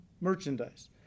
merchandise